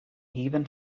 even